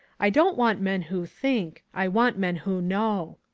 i don't want men who think i want men who know.